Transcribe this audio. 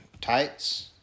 tights